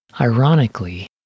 Ironically